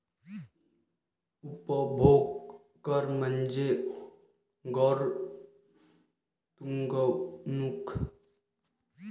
उपभोग कर म्हणजे गैर गुंतवणूक खर्चावरील कोणत्याही कराचा संदर्भ